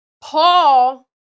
Paul